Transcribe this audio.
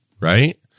right